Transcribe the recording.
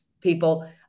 people